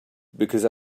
because